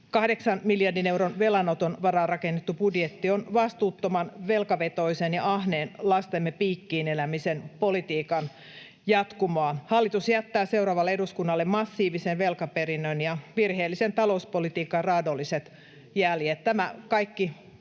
miljardin euron velanoton varaan rakennettu budjetti on vastuuttoman, velkavetoisen ja ahneen lastemme piikkiin elämisen politiikan jatkumoa. Hallitus jättää seuraavalle eduskunnalle massiivisen velkaperinnön ja virheellisen talouspolitiikan raadolliset jäljet.